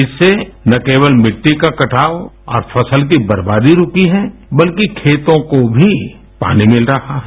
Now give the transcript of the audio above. इससे ना केवल मिट्टी का कटाव और फसल की बर्बादी रुकी है बल्कि खेतों को भी पानी मिल रहा है